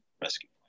rescue